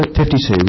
52